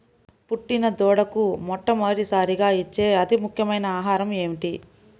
పుట్టిన దూడకు మొట్టమొదటిసారిగా ఇచ్చే అతి ముఖ్యమైన ఆహారము ఏంటి?